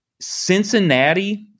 Cincinnati